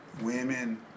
women